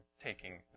taking